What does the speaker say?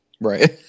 Right